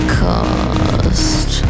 cost